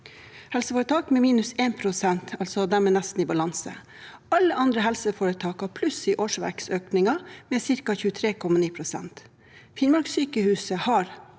helseforetak, med minus 1 pst. – de er altså nesten i balanse. Alle andre helseforetak har pluss i årsverkøkninger med ca. 23,9 pst. Finnmarkssykehuset har